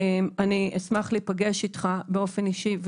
אני אשמח להיפגש איתך באופן אישי,